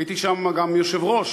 הייתי שם גם יושב-ראש,